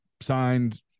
signed